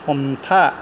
हमथा